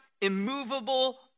immovable